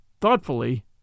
thoughtfully